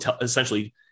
essentially